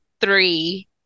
Three